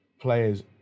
players